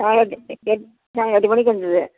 ஆ இருக்கு இருக்கு ஆ எட்டு மணிக்கு வந்துது